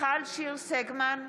מיכל שיר סגמן,